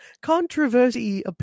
Controversy